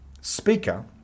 speaker